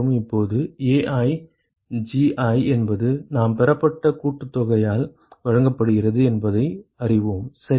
இப்போது AiGi என்பது நாம் பெறப்பட்ட கூட்டுத்தொகையால் வழங்கப்படுகிறது என்பதை அறிவோம் சரியா